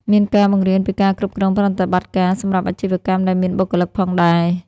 មានការបង្រៀនពីការគ្រប់គ្រងប្រតិបត្តិការ សម្រាប់អាជីវកម្មដែលមានបុគ្គលិកផងដែរ។